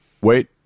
Wait